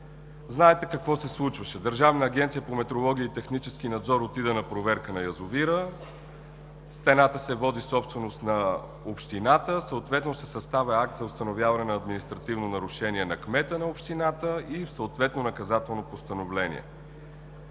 Знаете какво се случваше. Държавната агенция по метрология и технически надзор отиде на проверка на язовира – стената се води собственост на общината. Съставя се акт за установяване на административно нарушение на кмета на общината и съответно наказателно постановление.